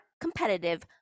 competitive